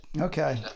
okay